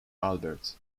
albert